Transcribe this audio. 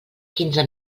quinze